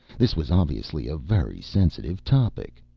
this was obviously a very sensitive topic.